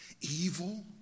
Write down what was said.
evil